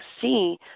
see